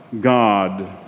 God